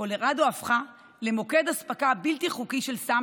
קולורדו הפכה למוקד אספקה בלתי חוקי של סם